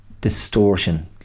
distortion